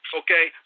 okay